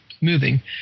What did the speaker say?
moving